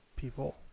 People